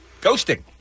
ghosting